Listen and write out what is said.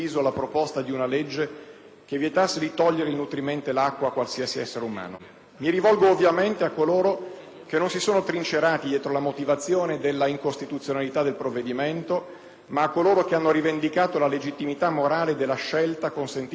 che vietasse di togliere il nutrimento e l'acqua a qualsiasi essere umano. Mi rivolgo ovviamente a coloro che non si sono trincerati dietro la motivazione dell'incostituzionalità del provvedimento, ma a coloro che hanno rivendicato la legittimità morale della scelta consentita dalla Corte di cassazione